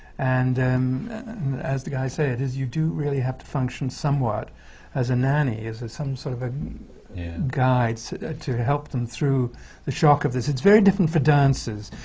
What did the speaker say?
and as the guys say, it is you do really have to function somewhat as a nanny, as some sort of ah guide so to to help them through the shock of this. it's very different for dancers,